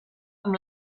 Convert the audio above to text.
amb